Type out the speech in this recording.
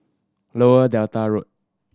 Lower Delta Road